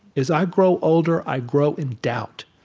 as i grow older, i grow in doubt.